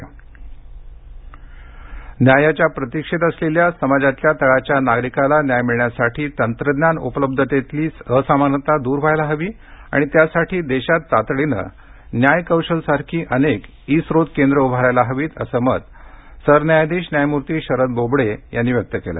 बोबडे न्यायाच्या प्रतीक्षेत असलेल्या समाजातल्या तळाच्या नागरिकाला न्याय मिळण्यासाठी तंत्रज्ञान उपलब्धतेतली असमानता दूर व्हायला हवी आणि त्यासाठी देशात तातडीनं न्याय कौशल सारखी अनेक ई स्रोत केंद्र उभारायला हवीत असं मत सरन्यायाधीश न्यायमूर्ती शरद बोबडे यांनी व्यक्त केलं आहे